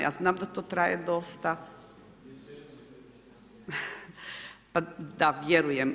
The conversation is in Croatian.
Ja znam da to traje dosta. … [[Upadica sa strane, ne čuje se.]] Pa da vjerujem.